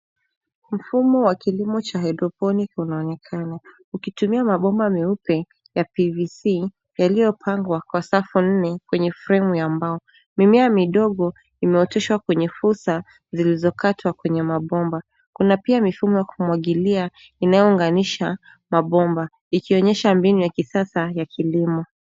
Mfumo wa kilimo cha hydroponic unaonekana. Ukitumia mabomba meupe ya PVC yaliyopangwa kwa safu nne kwenye frame ya mbao, mimea midogo imeoteshwa kwenye fursa zilizokatwa kwenye mabomba. Kuna pia mifumo ya kumwagilia inayounganisha mabomba ikionyesha mbinu ya kisasa ya kilimo.